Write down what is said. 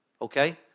okay